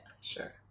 Sure